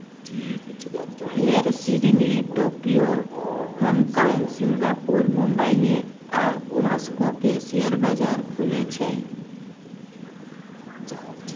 फेर Sydney, Tokyo, Hong Kong, Singapore, Mumbai आ Moscow के शेयर बाजार खुलै छै